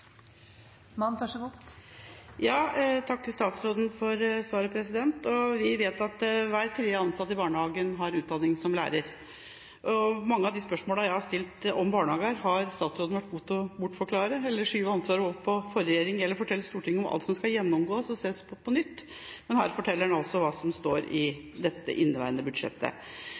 Jeg takker statsråden for svaret. Vi vet at hver tredje ansatt i barnehagen har utdanning som lærer, og mange av de spørsmålene jeg har stilt om barnehager, har statsråden vært nødt til å bortforklare, eller så har han skjøvet ansvaret over på den forrige regjeringa, eller så har han fortalt Stortinget om alt som skal gjennomgås og ses på på nytt. Men her forteller han altså hva som står i det inneværende årets budsjettet.